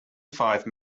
five